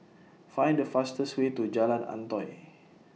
Find The fastest Way to Jalan Antoi